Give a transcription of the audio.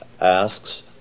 asks